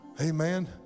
amen